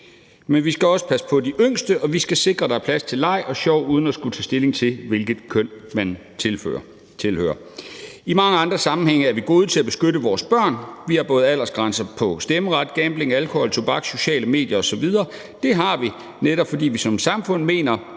Men vi skal også passe på de yngste, og vi skal sikre, at der er plads til leg og sjov uden at skulle tage stilling til, hvilket køn man tilhører. I mange andre sammenhænge er vi gode til at beskytte vores børn. Vi har både aldersgrænser på stemmeret, gambling, alkohol, tobak, sociale medier osv., og det har vi, netop fordi vi som samfund mener,